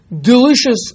delicious